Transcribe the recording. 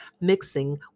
mixing